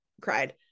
cried